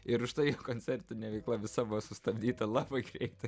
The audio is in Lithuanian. ir už tai jo koncertinė veikla visa buvo sustabdyta labai greitai